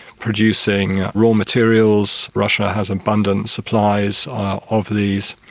producing raw materials, russia has abundant supplies of these,